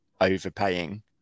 overpaying